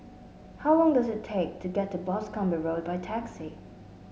how long does it take to get to Boscombe Road by taxi